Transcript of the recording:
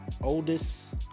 oldest